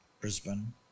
Brisbane